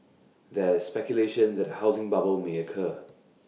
there is speculation that A housing bubble may occur